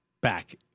back